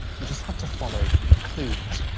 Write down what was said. you just have to follow the clues.